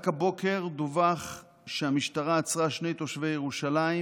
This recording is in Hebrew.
רק הבוקר דווח שהמשטרה עצרה שני תושבי ירושלים,